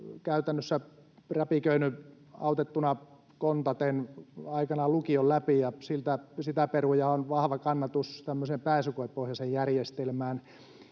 käytännössä räpiköinyt autettuna kontaten aikanaan lukion läpi, ja sitä peruja on vahva kannatus tämmöiseen pääsykoepohjaiseen järjestelmään.